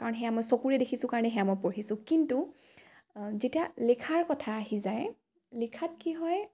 কাৰণ সেয়া মই চকুৰে দেখিছোঁ কাৰণে সেয়া মই পঢ়িছোঁ কিন্তু যেতিয়া লিখাৰ কথা আহি যায় লিখাত কি হয়